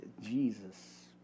Jesus